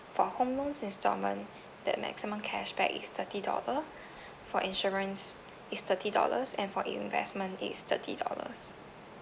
for home loans instalment the maximum cashback is thirty dollar for insurance is thirty dollars and for investment is thirty dollars